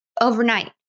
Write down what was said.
overnight